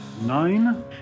Nine